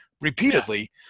repeatedly